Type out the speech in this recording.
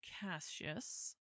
Cassius